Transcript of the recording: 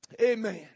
Amen